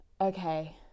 okay